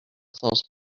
close